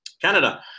Canada